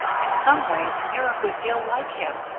in some ways you're a good deal like him.